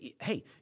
Hey